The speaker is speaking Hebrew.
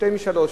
שתי משאלות,